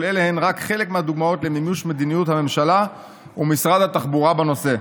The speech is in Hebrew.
כל אלה הם רק חלק מהדוגמאות למימוש מדיניות הממשלה ומשרד התחבורה בנושא.